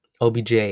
OBJ